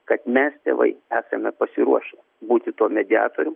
kad mes tėvai esame pasiruošę būti tuo mediatorium